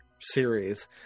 series